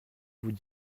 vous